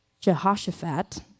Jehoshaphat